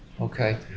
Okay